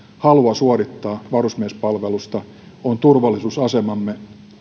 halua suorittaa varusmiespalvelusta olisi turvallisuusasemamme